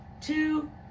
two